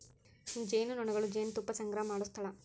ಜೇನುನೊಣಗಳು ಜೇನುತುಪ್ಪಾ ಸಂಗ್ರಹಾ ಮಾಡು ಸ್ಥಳಾ